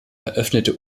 eröffnete